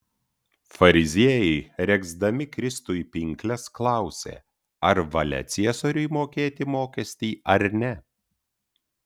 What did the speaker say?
fariziejai regzdami kristui pinkles klausė ar valia ciesoriui mokėti mokestį ar ne